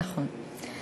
נכון.